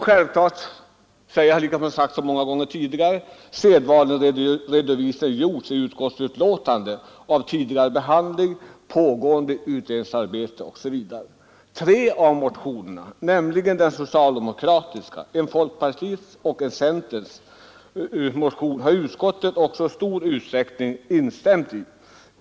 Sedvanlig redovisning av tidigare behandling, pågående utredningsarbete osv. lämnas i betänkandet. Tre av motionerna ansluter sig utskottet till. Det gäller den socialdemokratiska motionen och motionerna från folkpartiet och centerpartiet.